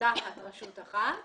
תחת רשות אחת